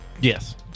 Yes